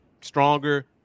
stronger